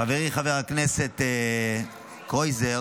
חברי חבר הכנסת קרויזר